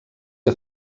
que